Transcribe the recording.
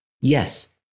yes